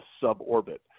sub-orbit